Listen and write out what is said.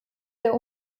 der